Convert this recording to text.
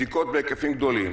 בדיקות בהיקפים גדולים.